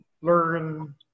learn